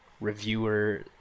reviewer